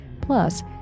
Plus